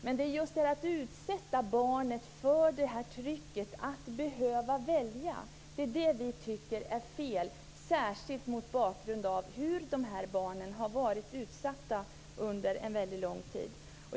Men det är just detta att utsätta barnet för trycket att behöva välja som vi tycker är fel, särskilt mot bakgrund av vad de här barnen har varit utsatta för under lång tid.